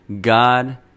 God